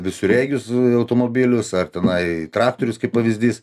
visureigius automobilius ar tenai traktorius kaip pavyzdys